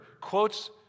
quotes